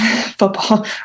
football